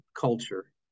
culture